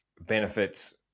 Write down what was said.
benefits